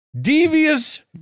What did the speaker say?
Devious